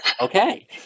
okay